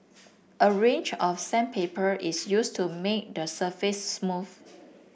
a range of sandpaper is used to make the surface smooth